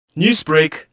Newsbreak